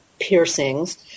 piercings